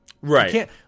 Right